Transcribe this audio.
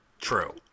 true